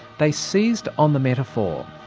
they seized on the metaphor.